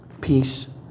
peace